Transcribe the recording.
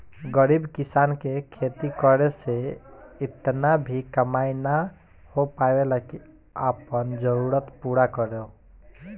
गरीब किसान के खेती करे से इतना भी कमाई ना हो पावेला की आपन जरूरत पूरा करो